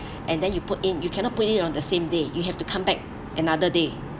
and then you put in you cannot put it on the same day you have to come back another day